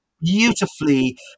beautifully